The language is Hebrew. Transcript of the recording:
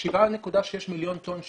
ה-7.6 מיליון טון שהופחתו,